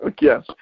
Yes